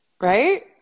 Right